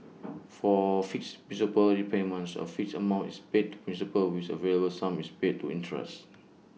for fixed principal repayments A fixed amount is paid to principal with A variable sum is paid to interest